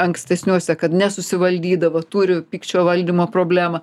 ankstesniuose kad nesusivaldydavo turi pykčio valdymo problemą